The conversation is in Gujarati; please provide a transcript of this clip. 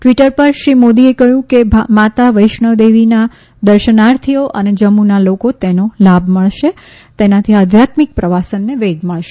ટવીટર પર શ્રી મોદીએ કહ્યું કે માતા વૈશ્નોદેવીના દર્શનાર્થીઓ અને જમ્મુના લોકો તેનો લાભ મળશે તેનાથી આધ્યાત્મિક પ્રવાસનને વેગ મળશે